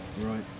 Right